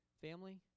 Family